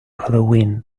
halloween